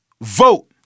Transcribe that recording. Vote